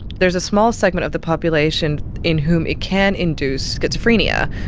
there is a small segment of the population in whom it can induce schizophrenia,